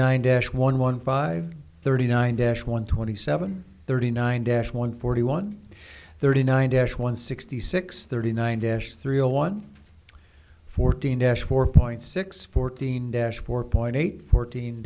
nine dash one one five thirty nine dash one twenty seven thirty nine dash one forty one thirty nine dash one sixty six thirty nine dash three zero one fourteen dash four point six fourteen